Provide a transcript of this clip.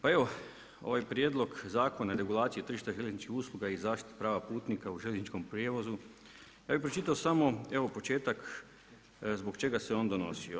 Pa evo ovaj Prijedlog Zakona o regulaciji tržišta željezničkih usluga i zaštiti prava putnika u željezničkom prijevozu, ja bih pročitao sam evo početak zbog čega se on donosio.